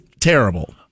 terrible